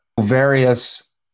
various